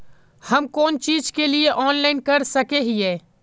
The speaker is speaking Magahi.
हम कोन चीज के लिए ऑनलाइन कर सके हिये?